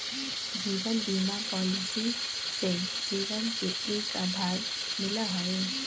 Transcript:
जीवन बीमा पॉलिसी से जीवन के एक आधार मिला हई